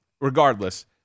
Regardless